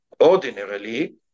ordinarily